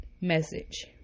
message